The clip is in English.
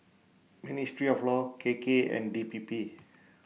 Ministry of law K K and D P P